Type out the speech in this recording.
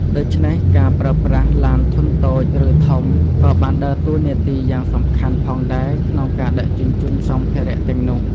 ដូច្នេះ ការប្រើប្រាស់ ឡានធុនតូច ឬធំ ក៏បានដើរតួនាទីយ៉ាងសំខាន់ផងដែរក្នុងការដឹកជញ្ជូនសម្ភារៈទាំងនោះ។